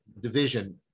division